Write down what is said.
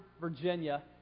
Virginia